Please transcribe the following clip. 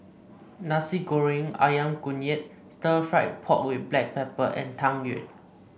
Nasi Goreng ayam kunyit Stir Fried Pork with Black Pepper and Tang Yuen